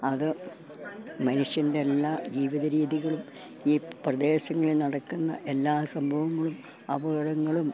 അത് മനുഷ്യൻ്റെ എല്ലാ ജീവിതരീതികളും ഈ പ്രദേശങ്ങളിൽ നടക്കുന്ന എല്ലാ സംഭവങ്ങളും അപകടങ്ങളും